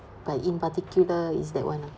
but in particular is that one ah